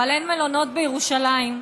אבל אין מלונות בירושלים,